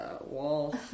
wall